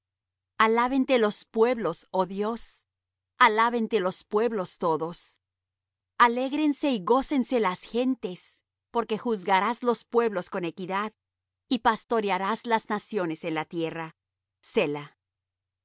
salud alábente los pueblos oh dios alábente los pueblos todos alégrense y gocénse las gentes porque juzgarás los pueblos con equidad y pastorearás las naciones en la tierra